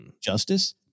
Justice